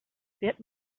bit